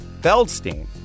Feldstein